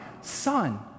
son